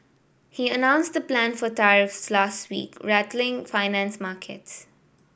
he announced the plan for tariffs last week rattling finance markets